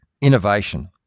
innovation